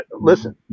listen